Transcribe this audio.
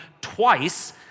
twice